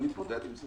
אבל נתמודד עם זה.